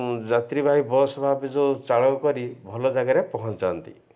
ଯାତ୍ରୀବାହୀ ବସ୍ ଭାବେ ଯେଉଁ ଚାଳ କରି ଭଲ ଜାଗାରେ ପହଞ୍ଚାନ୍ତି